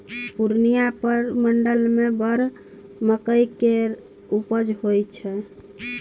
पूर्णियाँ प्रमंडल मे बड़ मकइ केर उपजा होइ छै